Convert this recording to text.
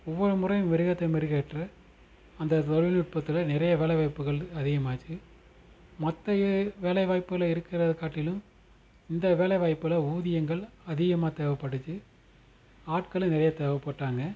ஒவ்வொரு முறையும் மெருகேற்ற மெருகேற்ற அந்த தொழில்நுட்பத்துல நிறையா வேலைவாய்ப்புகள் அதிகமாச்சு மற்ற ஏ வேலைவாய்ப்பில் இருக்கிறத காட்டிலும் இந்த வேலைவாய்ப்பில் ஊதியங்கள் அதிகமாக தேவைப்பட்டுச்சி ஆட்களும் நிறையா தேவைப்பட்டாங்க